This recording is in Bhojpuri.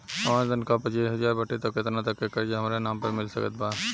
हमार तनख़ाह पच्चिस हज़ार बाटे त केतना तक के कर्जा हमरा नाम पर मिल सकत बा?